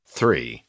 Three